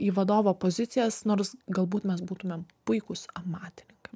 į vadovo pozicijas nors galbūt mes būtumėm puikūs amatininkai